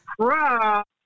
crap